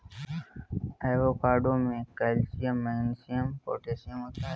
avocado में calcium magnesium potassium होता है